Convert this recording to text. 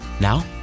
Now